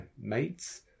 mates